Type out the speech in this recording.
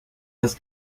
das